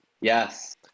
Yes